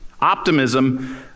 Optimism